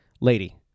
lady